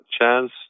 chance